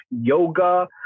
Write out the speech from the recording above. yoga